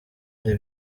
ari